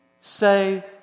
say